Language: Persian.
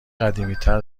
قدیمیتر